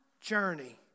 journey